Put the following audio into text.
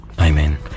Amen